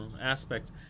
aspects